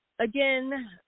again